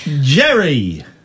Jerry